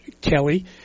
Kelly